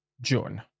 June